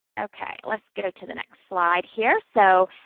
okay, let's go to the next slide here. so,